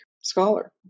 scholar